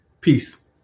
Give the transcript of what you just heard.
Peace